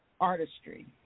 artistry